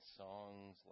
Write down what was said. songs